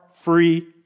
free